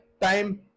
time